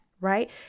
Right